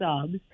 subs